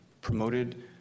promoted